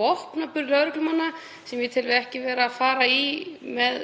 vopnaburð lögreglumanna sem ég tel mig ekki vera að fara í með